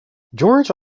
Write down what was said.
george